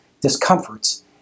discomforts